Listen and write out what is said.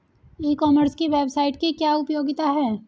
ई commerce की website की क्या उपयोगिता है?